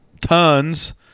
tons